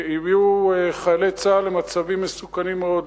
שהביאו חיילי צה"ל למצבים מסוכנים מאוד,